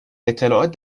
اطلاعات